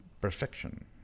perfection